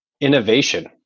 innovation